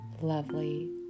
lovely